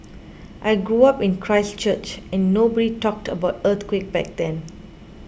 I grew up in Christchurch and nobody talked about earthquake back then